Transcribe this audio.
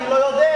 אני לא יודע,